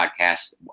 podcast